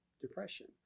depression